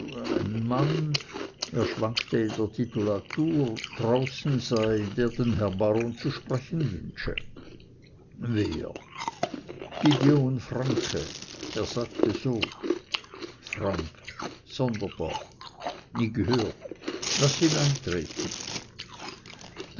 ein mann er schwankte in der titulatur draußen sei der den herrn baron zu sprechen wünsche wer gideon franke er sagte so franke sonderbar nie gehört laß ihn